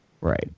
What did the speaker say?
Right